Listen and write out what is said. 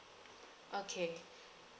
okay